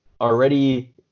already